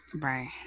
Right